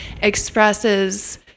expresses